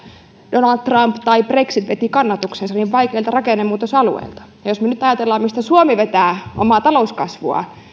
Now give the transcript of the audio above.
donald trump tai brexit veti kannatuksensa niin vaikeilta rakennemuutosalueilta jos me nyt ajattelemme mistä suomi vetää omaa talouskasvuaan